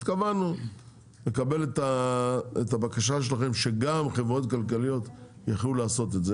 התכוונו לקבל את הבקשה שלכם שגם חברות כלכליות יוכלו לעשות את זה,